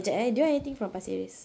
jap eh do you want anything from pasir ris